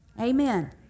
Amen